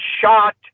shot